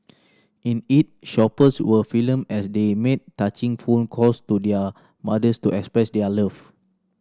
in it shoppers were filmed as they made touching phone calls to their mothers to express their love